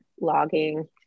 logging